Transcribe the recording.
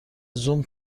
زوم